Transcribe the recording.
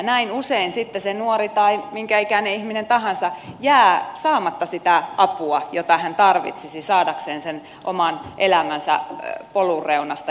näin usein sitten siltä nuorelta tai minkäikäiseltä ihmiseltä tahansa jää saamatta sitä apua jota hän tarvitsisi saadakseen oman elämänsä polun reunasta jälleen kiinni